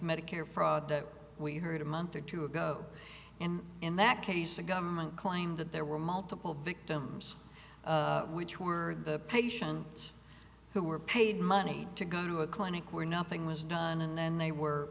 medicare fraud that we heard a month or two ago and in that case the government claimed that there were multiple victims which were the patients who were paid money to go to a clinic where nothing was done and then they were